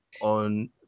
on